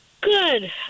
Good